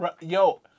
Yo